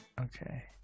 Okay